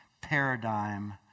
paradigm